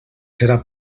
serà